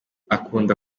akunda